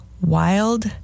wild